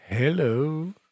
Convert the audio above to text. Hello